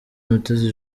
mutesi